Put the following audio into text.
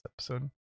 episode